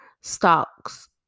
stocks